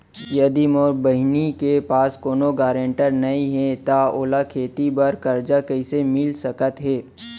यदि मोर बहिनी के पास कोनो गरेंटेटर नई हे त ओला खेती बर कर्जा कईसे मिल सकत हे?